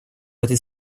этой